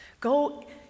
go